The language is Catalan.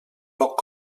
poc